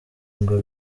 ngo